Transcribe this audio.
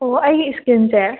ꯑꯣ ꯑꯩꯒꯤ ꯏꯁꯀꯤꯟꯁꯦ